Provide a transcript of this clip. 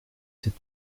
sept